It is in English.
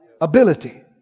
Ability